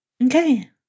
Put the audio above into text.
Okay